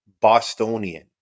Bostonian